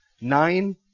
Nine